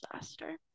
disaster